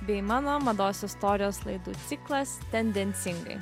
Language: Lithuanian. bei mano mados istorijos laidų ciklas tendencingai